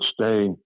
stay